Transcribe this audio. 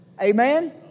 Amen